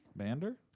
amander?